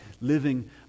living